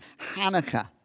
Hanukkah